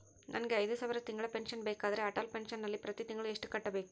ನನಗೆ ಐದು ಸಾವಿರ ತಿಂಗಳ ಪೆನ್ಶನ್ ಬೇಕಾದರೆ ಅಟಲ್ ಪೆನ್ಶನ್ ನಲ್ಲಿ ಪ್ರತಿ ತಿಂಗಳು ಎಷ್ಟು ಕಟ್ಟಬೇಕು?